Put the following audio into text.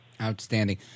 Outstanding